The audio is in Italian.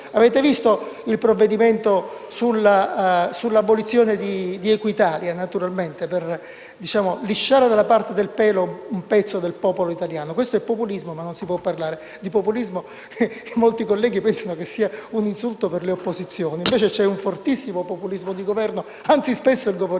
Avete visto il provvedimento sull'abolizione di Equitalia naturalmente, per lisciare dalla parte del pelo un pezzo del popolo italiano. Questo è populismo, ma non si può parlare di populismo perché molti colleghi pensano sia un insulto destinato alle opposizioni; invece vi è un fortissimo populismo di Governo, anzi spesso il populismo